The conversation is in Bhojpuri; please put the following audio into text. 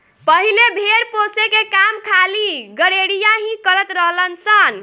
पहिले भेड़ पोसे के काम खाली गरेड़िया ही करत रलन सन